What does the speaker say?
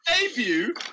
debut